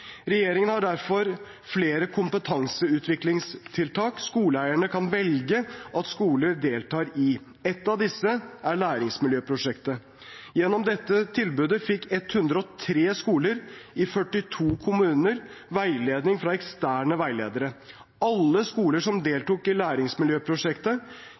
Regjeringen har derfor flere kompetanseutviklingstiltak skoleeierne kan velge at skoler deltar i. Ett av disse er Læringsmiljøprosjektet. Gjennom dette tilbudet fikk 103 skoler i 42 kommuner veiledning fra eksterne veiledere. Alle skoler som